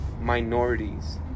minorities